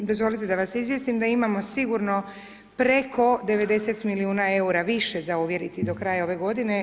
Dozvolite da vas izvijestim da imamo sigurno preko 90 milijuna EUR-a više za ovjeriti do kraja ove godine.